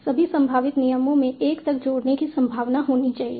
सभी संभावित नियमों में 1 तक जोड़ने की संभावना होनी चाहिए